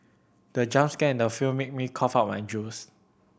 the jump scare in the film made me cough out my juice